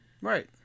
Right